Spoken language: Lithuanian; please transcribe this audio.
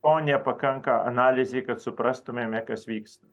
o nepakanka analizei kad suprastumėme kas vyksta